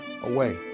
away